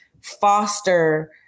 foster